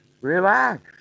relax